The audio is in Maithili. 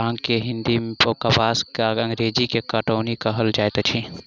बांग के हिंदी मे कपास आ अंग्रेजी मे कौटन कहल जाइत अछि